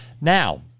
Now